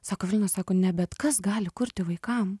sako lina sako ne bet kas gali kurti vaikam